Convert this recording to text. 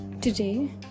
Today